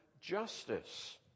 justice